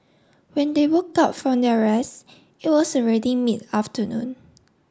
when they woke up from their rest it was already mid afternoon